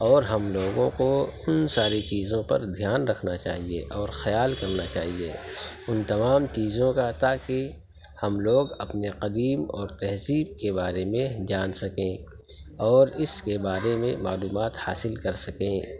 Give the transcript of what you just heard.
اور ہم لوگوں کو ان ساری چیزوں پر دھیان رکھنا چاہیے اور خیال کرنا چاہیے ان تمام چیزوں کا تاکہ ہم لوگ اپنے قدیم اور تہذیب کے بارے میں جان سکیں اور اس کے بارے میں معلومات حاصل کر سکیں